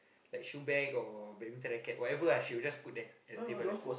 like shoe bag or badminton racket whatever ah she would just put there the table there